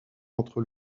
entre